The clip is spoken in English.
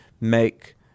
make